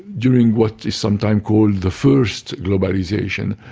during what is sometimes called the first globalisation,